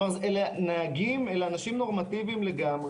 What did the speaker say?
אלה אנשים נורמטיביים לגמרי.